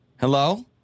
Hello